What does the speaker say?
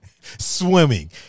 Swimming